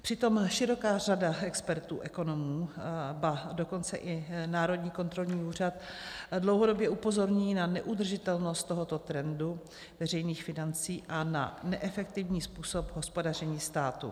Přitom široká řada expertů, ekonomů, ba dokonce i národní kontrolní úřad dlouhodobě upozorňují na neudržitelnost tohoto trendu veřejných financí a na neefektivní způsob hospodaření státu.